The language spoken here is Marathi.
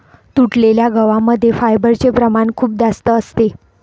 तुटलेल्या गव्हा मध्ये फायबरचे प्रमाण खूप जास्त असते